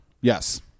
Yes